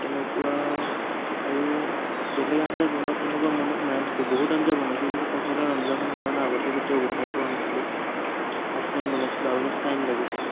তেনেকুৱা আৰু বেলেগ আঞ্জা বনোৱা তেনেকুৱা মনত নাই বহুত আঞ্জা বনাইছোঁ কিন্তু কঁঠালৰ আঞ্জাখন মই মানে আগতে কেতিয়াও বনাই পোৱা নাছিলোঁ ফাৰ্ষ্ট টাইম বনাইছিলোঁ আৰু মোৰ টাইম লাগিছিল